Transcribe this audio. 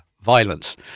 Violence